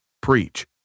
preach